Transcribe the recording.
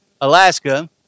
Alaska